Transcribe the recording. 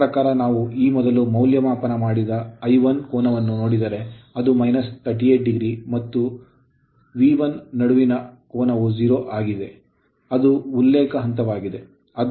ನನ್ನ ಪ್ರಕಾರ ನಾವು ಈ ಮೊದಲು ಮೌಲ್ಯಮಾಪನ ಮಾಡಿದ ಐ1 ಕೋನವನ್ನು ನೋಡಿದರೆ ಅದು 38o ಮತ್ತು V ಮತ್ತು V 1 ನಡುವಿನ ಕೋನವು 0 ಆಗಿದೆ ಅದು ಉಲ್ಲೇಖ ಹಂತವಾಗಿದೆ